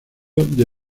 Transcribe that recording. desde